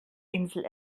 insel